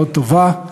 מאוד טובה.